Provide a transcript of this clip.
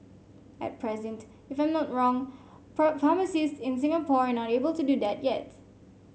at present if I'm not wrong pharmacists in Singapore are not able to do that yet